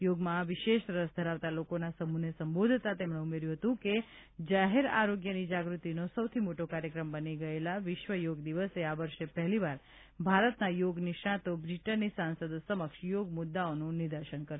યોગમાં વિશેષ રસ ધરાવતા લોકોના સમૂહને સંબોધતાં તેમણે ઉમેર્યું હતું કે જાહેર આરોગ્યની જાગૃતિનો સૌથી મોટો કાર્યક્રમ બની ગયેલા વિશ્વ યોગ દિવસે આ વર્ષે પહેલીવાર ભારતના યોગ નિષ્ણાંતો બ્રિટનની સાંસદો સમક્ષ યોગ મુદ્દાઓનું નિદર્શન કરશે